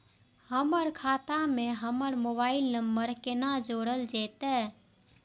हमर खाता मे हमर मोबाइल नम्बर कोना जोरल जेतै?